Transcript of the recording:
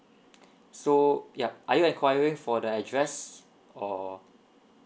so ya are you enquiring for the address or